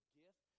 gift